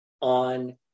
on